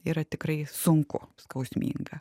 yra tikrai sunku skausminga